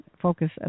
focus